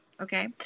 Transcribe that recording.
Okay